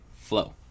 Flow